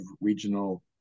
regional